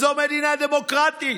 זאת מדינה דמוקרטית.